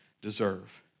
deserve